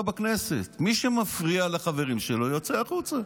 בכנסת: מי שמפריע לחברים שלו יוצא החוצה.